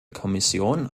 kommission